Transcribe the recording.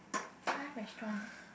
!huh! restaurant ah